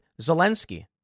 Zelensky